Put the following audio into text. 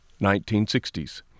1960s